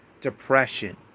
depression